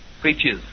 creatures